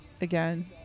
again